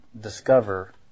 discover